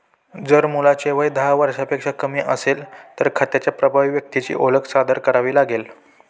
जर मुलाचे वय दहा वर्षांपेक्षा कमी असेल, तर खात्याच्या प्रभारी व्यक्तीची ओळख सादर करावी लागेल